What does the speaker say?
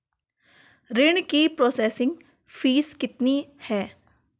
ऋण की processing fees कितनी है?